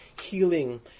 healing